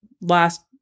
last